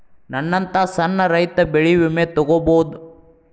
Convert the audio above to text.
ನನ್ನಂತಾ ಸಣ್ಣ ರೈತ ಬೆಳಿ ವಿಮೆ ತೊಗೊಬೋದ?